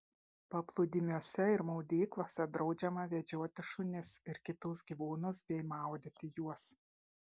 paplūdimiuose ir maudyklose draudžiama vedžioti šunis ir kitus gyvūnus bei maudyti juos